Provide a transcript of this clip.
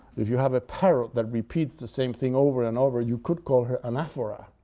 if you have a parrot that repeats the same thing over and over, you could call her anaphora.